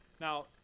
Now